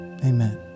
Amen